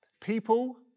People